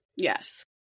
Yes